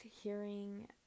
hearing